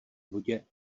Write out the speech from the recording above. vodě